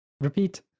Repeat